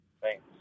Thanks